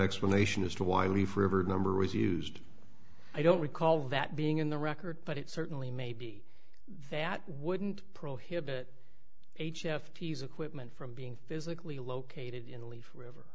explanation as to why leaf river number was used i don't recall that being in the record but it certainly maybe that wouldn't prohibit h f use equipment from being physically located in lea